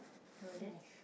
no then